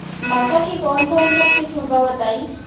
मक्का के कौन सा उन्नत किस्म बा बताई?